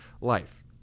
life